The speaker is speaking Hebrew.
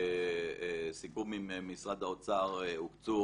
בסיכום עם משרד האוצר הוקצו